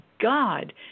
God